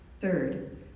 Third